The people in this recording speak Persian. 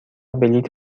بلیط